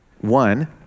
One